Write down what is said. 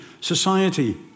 society